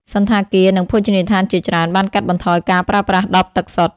សណ្ឋាគារ និងភោជនីយដ្ឋានជាច្រើនបានកាត់បន្ថយការប្រើប្រាស់ដបទឹកសុទ្ធ។